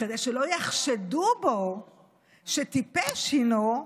כדי שלא יחשדו בו שטיפש הינו,